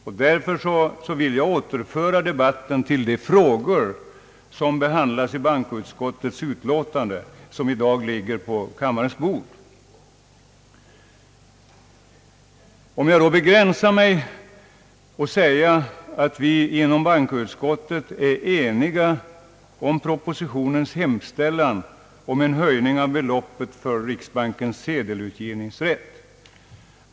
Jag vill därför återföra debatten till de frågor, som behandlas i bankoutskottets utlåtande som i dag ligger på kammarens bord. Låt mig begränsa mig till att säga, att vi inom bankoutskottet är eniga om propositionens hemställan om en höjning av beloppet för riksbankens sedelutgivningsrätt.